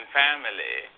family